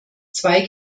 zwei